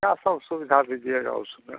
क्या सब सुविधा दीजिएगा उसमें